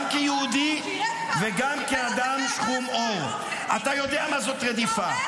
גם כיהודי וגם כאדם שחום עור אתה יודע מה זו רדיפה.